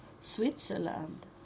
Switzerland